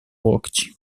łokci